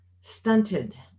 Stunted